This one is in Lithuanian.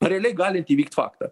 realiai galint įvykt faktą